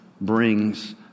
brings